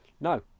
No